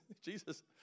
Jesus